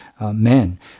men